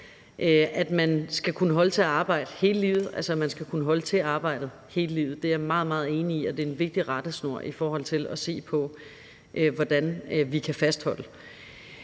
med at sige, at det, som SF siger, om, at man skal kunne holde til arbejdet hele livet, er jeg meget, meget enig i, og at det er en vigtig rettesnor i forhold til at se på, hvordan vi kan fastholde.